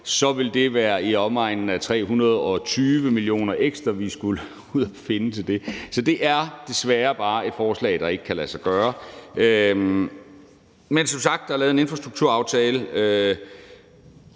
ville det være i omegnen af 320 mio. kr. ekstra, vi ville skulle ud at finde til det. Så det er desværre bare et forslag, der ikke kan lade sig gøre. Men som sagt er der lavet en infrastrukturaftale,